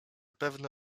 pewne